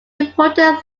important